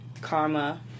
Karma